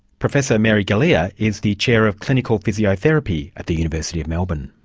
professor may galea is the chair of clinical physiotherapy at the university of melbourne.